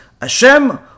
hashem